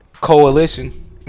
coalition